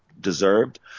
deserved